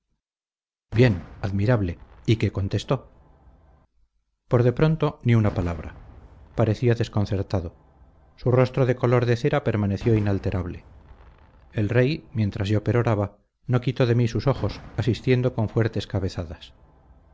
bien admirable y qué contestó por de pronto ni una palabra parecía desconcertado su rostro de color de cera permaneció inalterable el rey mientras yo peroraba no quitó de mí sus ojos asintiendo con fuertes cabezadas